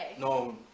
No